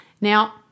Now